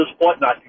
whatnot